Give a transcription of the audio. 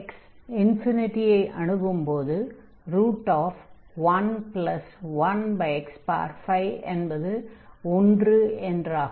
x ∞ ஐ அணுகும்போது 11x5 என்பது ஒன்று ஆகும்